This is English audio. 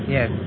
Yes